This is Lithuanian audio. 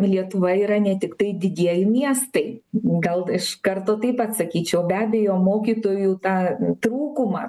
lietuva yra ne tiktai didieji miestai gal iš karto taip atsakyčiau be abejo mokytojų tą trūkumą